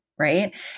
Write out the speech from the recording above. Right